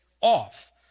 off